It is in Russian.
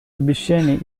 обещаний